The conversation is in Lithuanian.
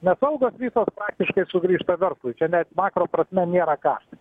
nes algos visos praktiškai sugrįžta verslui čia net makro prasme nėra kaštai